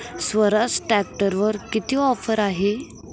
स्वराज ट्रॅक्टरवर किती ऑफर आहे?